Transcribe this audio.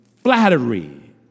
flattery